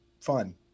fun